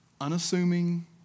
Unassuming